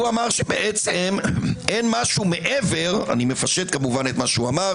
שבעצם אין משהו מעבר אני מפשט את מה שאמר